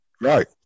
Right